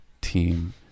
team